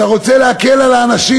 אתה רוצה להקל על האנשים?